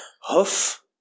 Huff